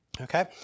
okay